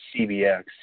cbx